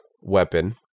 weapon